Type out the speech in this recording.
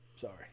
Sorry